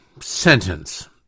sentence